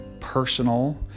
personal